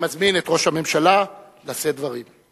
אני מזמין את ראש הממשלה לשאת דברים.